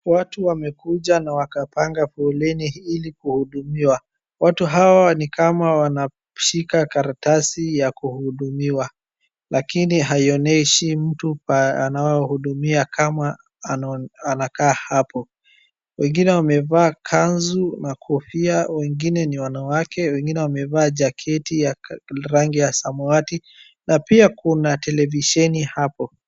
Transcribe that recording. Watu wamekuja na wakapanga foleni ili kuhudumiwa, watu hawa ni kama wanashika karatasi ya kuhudumiwa lakini haionyeshi mtu anaowahudumia kama anakaa hapo. Wengine wamevaa kanzu na kofia wengine ni wanawake wengine wamevaa jaketi ya rangi ya samawati na pia kuna televisheni hapo.